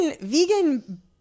vegan